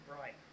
Right